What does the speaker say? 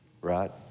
right